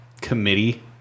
committee